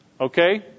Okay